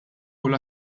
kull